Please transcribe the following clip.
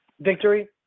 victory